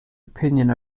opinion